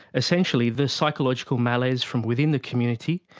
essentially the psychological malaise from within the community,